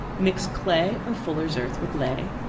mix clay or fullers' earth with ley,